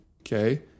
Okay